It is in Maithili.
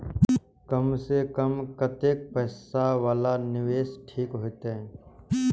कम से कम कतेक पैसा वाला निवेश ठीक होते?